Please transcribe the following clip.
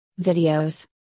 Videos